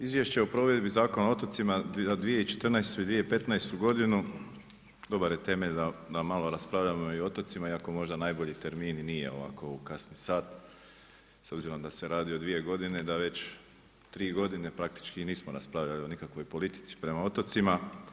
Izvješće o provedbi Zakona o otocima za 2014. i 2015. godinu dobar je temelj da malo raspravljamo i o otocima i ako možda najbolji termin nije ovako u kasni sat s obzirom da se radi o dvije godine, da već tri godine praktički nismo raspravljali o nikakvoj politici prema otocima.